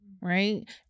right